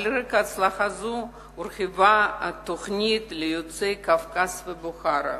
על רקע הצלחה זו הורחבה התוכנית ליוצאי קווקז ובוכרה.